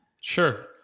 Sure